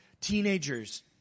Teenagers